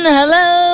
Hello